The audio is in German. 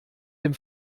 dem